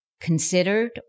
considered